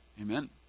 Amen